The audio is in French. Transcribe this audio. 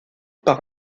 par